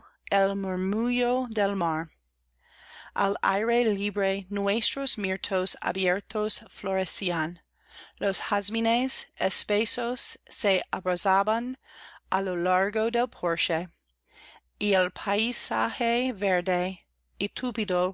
el murmullo del mar al aire libre nuestros mirtos abiertos florecían los jazmines espesos se abrazaban á lo largo del porche y el paisaje verde